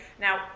Now